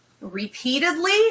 repeatedly